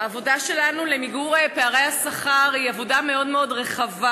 העבודה שלנו במיגור פערי השכר היא עבודה מאוד מאוד רחבה.